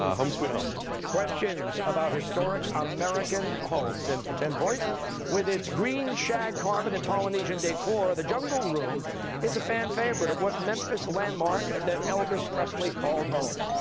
ah home sweet home. costa questions about historic american homes. and for ten points with its green shag carpet and polynesian decor, the jungle room is a fan favorite at what memphis landmark that elvis presley called home?